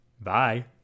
bye